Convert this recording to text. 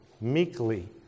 meekly